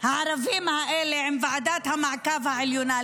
הערבים האלה, עם ועדת המעקב העליונה?